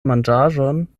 manĝaĵon